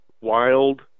wild